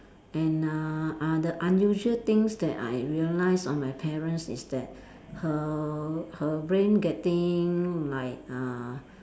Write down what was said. and uh uh the unusual things that I realise on my parents is that her her brain getting like uh